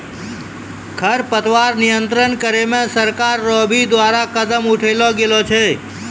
खरपतवार नियंत्रण करे मे सरकार रो भी द्वारा कदम उठैलो गेलो छै